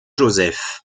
joseph